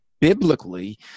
biblically